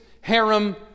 harem